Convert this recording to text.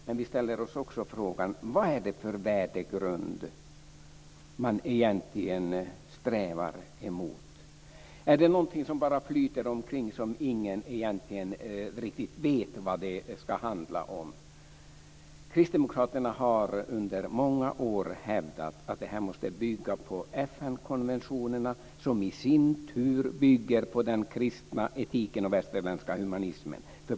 Men vi ställer oss också frågan: Vad är det för värdegrund man egentligen strävar mot? Är det någonting som bara flyter omkring där ingen egentligen riktigt vet vad det ska handla om? Kristdemokraterna har under många år hävdat att det här måste bygga på FN-konventionerna, som i sin tur bygger på den kristna etiken och västerländska humanismen.